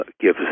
gives